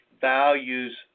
values